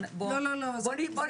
יש